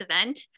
event